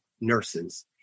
nurses